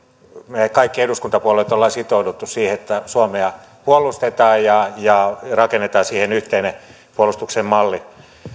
me kaikki eduskuntapuolueet olemme sitoutuneet siihen että suomea puolustetaan ja ja rakennetaan siihen yhteinen puolustuksen malli